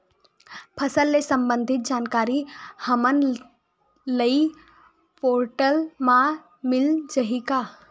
फसल ले सम्बंधित जानकारी हमन ल ई पोर्टल म मिल जाही का?